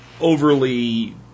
overly